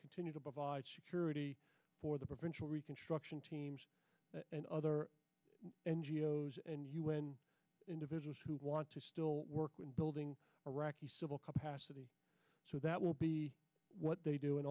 continue to provide security for the provincial reconstruction teams and other n g o s and u n individuals who want to still work with building civil capacity so that will be what they do and